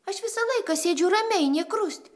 aš visą laiką sėdžiu ramiai nė krust